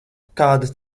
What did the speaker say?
kāda